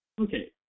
Okay